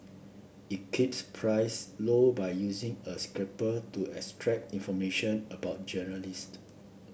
it keeps price low by using a scraper to extract information about journalist